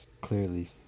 Clearly